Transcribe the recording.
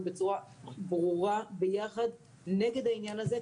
בצורה ברורה ביחד נגד העניין הזה,